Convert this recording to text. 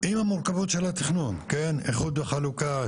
עם המורכבות של התכנון איחוד וחלוקה,